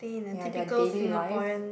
ya their daily life